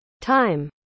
time